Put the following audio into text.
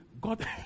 God